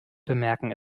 bemerken